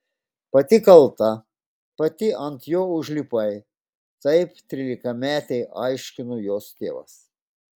pati kalta pati ant jo užlipai taip trylikametei aiškino jos tėvas